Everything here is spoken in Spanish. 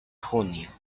junio